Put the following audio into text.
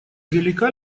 велика